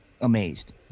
Amazed